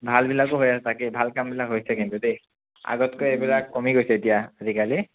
ভালবিলাকো হয় অ তাকেই ভাল কামবিলাক হৈছে কিন্তু দেই আগতকৈ এইবিলাক কমি গৈছে এতিয়া আজিকালি